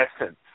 essence